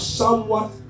somewhat